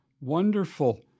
wonderful